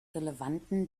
relevanten